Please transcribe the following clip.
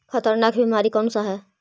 खतरनाक बीमारी कौन सा है?